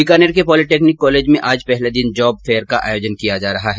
बीकानेर के polytechnic college में आज पहले दिन जॉब फेयर का आयोजन किया जा रहा है